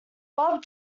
bob